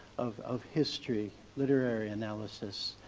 of of history, literary analysis.